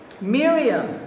Miriam